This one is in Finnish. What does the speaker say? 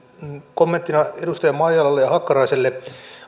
kommenttina edustaja maijalalle ja edustaja hakkaraiselle